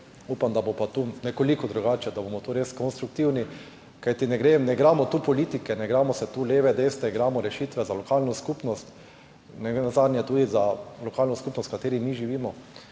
upam, da bo pa tu nekoliko drugače, da bomo tu res konstruktivni. Kajti ne igramo tu politike, ne igramo se tu levih, desnih, igramo rešitve za lokalno skupnost, nenazadnje tudi za lokalno skupnost, v kateri mi živimo.